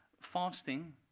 Fasting